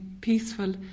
peaceful